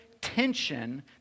Tension